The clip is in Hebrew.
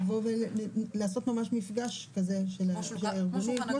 לעשות ממש מפגש כזה של הארגונים,